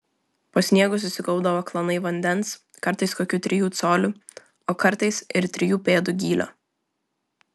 po sniegu susikaupdavo klanai vandens kartais kokių trijų colių o kartais ir trijų pėdų gylio